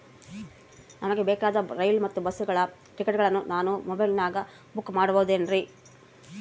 ನಮಗೆ ಬೇಕಾದ ರೈಲು ಮತ್ತ ಬಸ್ಸುಗಳ ಟಿಕೆಟುಗಳನ್ನ ನಾನು ಮೊಬೈಲಿನಾಗ ಬುಕ್ ಮಾಡಬಹುದೇನ್ರಿ?